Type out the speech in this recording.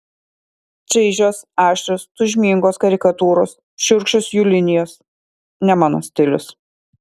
čaižios aštrios tūžmingos karikatūros šiurkščios jų linijos ne mano stilius